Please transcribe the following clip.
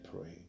pray